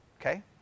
Okay